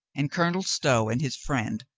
and colonel stow and his friend,